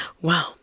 Wow